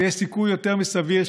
ויש סיכוי יותר מסביר,